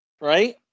Right